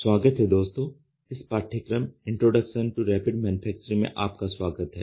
स्वागत है दोस्तों इस पाठ्यक्रम इंट्रोडक्शन टू रैपिड मैन्युफैक्चरिंग में आपका स्वागत है